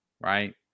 Right